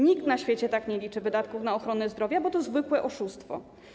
Nikt na świecie tak nie liczy wydatków na ochronę zdrowia, bo to zwykłe oszustwo.